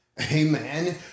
Amen